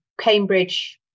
Cambridge